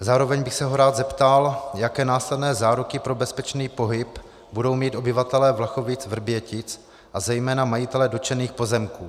Zároveň bych se ho rád zeptal, jaké následné záruky pro bezpečný pohyb budou mít obyvatelé VlachovicVrbětic a zejména majitelé dotčených pozemků.